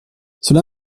cela